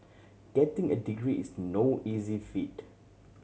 getting a degree is no easy feat